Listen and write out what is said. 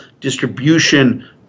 distribution